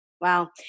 Wow